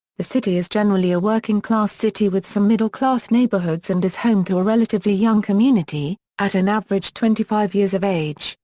the city is generally a working class city with some middle-class neighborhoods and is home to a relatively young community, at an average twenty five years of age,